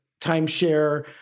timeshare